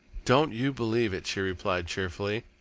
don't you believe it, she replied cheerfully.